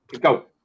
Go